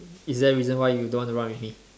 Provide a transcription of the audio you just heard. is there a reason why you don't want to run with me